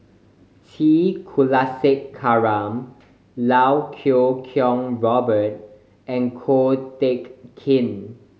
T Kulasekaram Iau Kuo Kwong Robert and Ko Teck Kin